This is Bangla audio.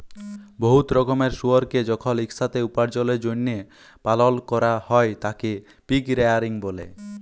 বহুত রকমের শুয়রকে যখল ইকসাথে উপার্জলের জ্যলহে পালল ক্যরা হ্যয় তাকে পিগ রেয়ারিং ব্যলে